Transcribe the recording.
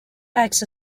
acts